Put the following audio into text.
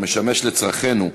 משמש לצרכינו,